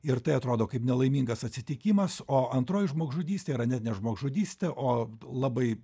ir tai atrodo kaip nelaimingas atsitikimas o antroji žmogžudystė yra net ne žmogžudystė o labai